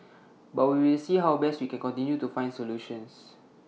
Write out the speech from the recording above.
but we will see how best we can continue to find solutions